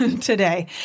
today